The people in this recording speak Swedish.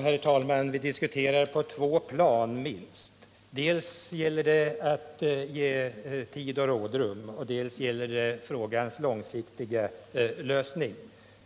Herr talman! Vi diskuterar på två plan — minst. Dels gäller det att ge tid och rådrum, dels gäller det frågans långsiktiga lösning.